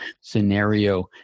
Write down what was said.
scenario